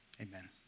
Amen